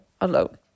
alone